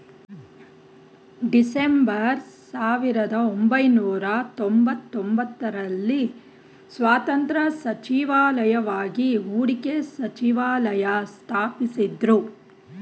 December ಸಾವಿರದಒಂಬೈನೂರ ತೊಂಬತ್ತಒಂಬತ್ತು ರಲ್ಲಿ ಸ್ವತಂತ್ರ ಸಚಿವಾಲಯವಾಗಿ ಹೂಡಿಕೆ ಸಚಿವಾಲಯ ಸ್ಥಾಪಿಸಿದ್ದ್ರು